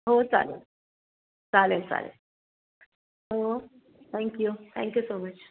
हो चालेल चालेल चालेल हो थँक्यू थँक्यू सो मच